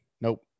Nope